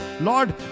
Lord